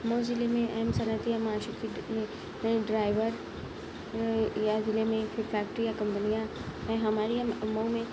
مئو ضلع میں اہم صنعتیں یا معاشی ڈرائیور یا ضلع میں پھر فیکٹری یا کمپنیاں ہیں ہمارے یہاں مئو میں